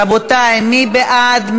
רבותי, מי בעד?